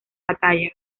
batalla